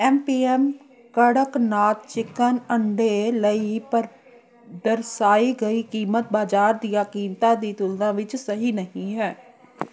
M P M Kadaknath chicken ਅੰਡੇ ਲਈ ਪਰ ਦਰਸਾਈ ਗਈ ਕੀਮਤ ਬਾਜ਼ਾਰ ਦੀਆਂ ਕੀਮਤਾਂ ਦੀ ਤੁਲਨਾ ਵਿੱਚ ਸਹੀ ਨਹੀਂ ਹੈ